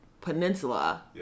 Peninsula